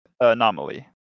anomaly